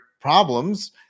problems